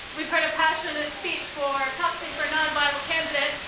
we've heard a passionate speech for caucusing for nonviable candidates.